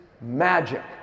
magic